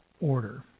order